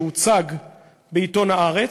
שהוצג בעיתון "הארץ",